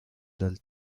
dal